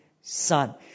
Son